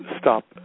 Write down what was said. stop